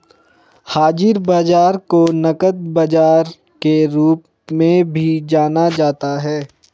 हाज़िर बाजार को नकद बाजार के रूप में भी जाना जाता है